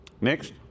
Next